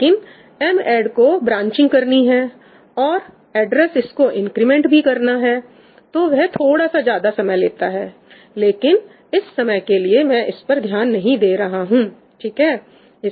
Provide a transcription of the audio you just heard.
लेकिन madd को branching करनी है और एड्रेस इसको इंक्रीमेंट भी करना है तो वह थोड़ा सा ज्यादा समय लेता है लेकिन इस समय के लिए मैं इस पर ध्यान नहीं दे रहा हूं ठीक है